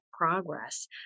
progress